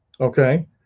okay